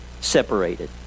separated